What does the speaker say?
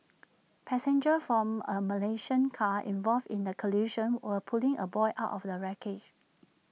passengers from A Malaysian car involved in the collision were pulling A boy out of the wreckage